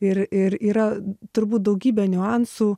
ir ir yra turbūt daugybę niuansų